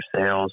sales